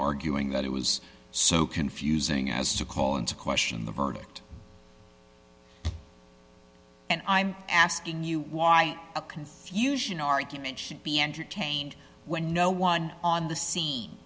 arguing that it was so confusing as to call into question the verdict and i'm asking you why a confusion argument should be entertained when no one on the scene